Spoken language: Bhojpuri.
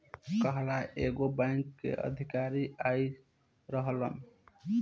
काल्ह एगो बैंक के अधिकारी आइल रहलन